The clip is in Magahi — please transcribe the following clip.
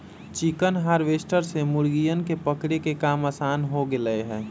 चिकन हार्वेस्टर से मुर्गियन के पकड़े के काम आसान हो गैले है